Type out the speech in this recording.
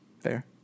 fair